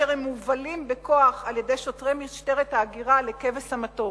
כאשר הם מובלים בכוח על-ידי שוטרי משטרת ההגירה לכבש המטוס.